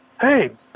hey